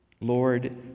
Lord